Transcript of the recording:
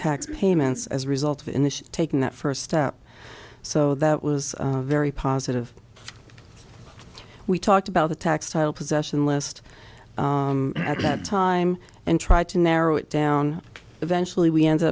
tax payments as a result of in the taking that first step so that was very positive we talked about the textile possession list at that time and tried to narrow it down eventually we ended